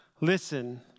Listen